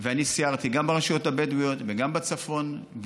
ואני סיירתי גם ברשויות הבדואיות וגם בצפון.